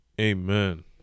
Amen